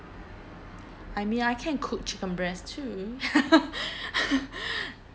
I mean I can cook chicken breast too